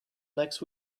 next